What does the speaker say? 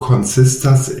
konsistas